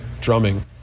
drumming